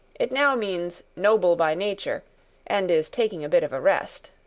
it now means noble by nature and is taking a bit of a rest.